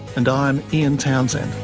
and i'm ian townsend